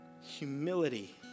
humility